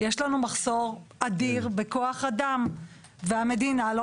יש לנו מחסור אדיר בכוח אדם והמדינה לא